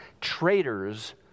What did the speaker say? traitors